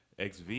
XV